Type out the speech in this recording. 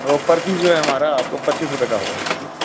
وہ پیر پیس جو ہے ہمارا آپ کو پچیس روپے کا ہوگا ایک پیس